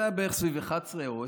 זה היה בערך סביב 23:00 או 22:30,